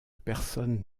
personne